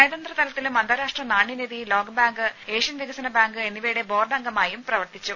നയതന്ത്ര തലത്തിലും അന്താരാടഷ്ട്ര നാണ്യനിധി ലോകബാങ്ക് ഏഷ്യൻ വികസന ബാങ്ക് എന്നിവയുടെ ബോർഡ് അംഗമായും പ്രവർത്തിച്ചു